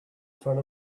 front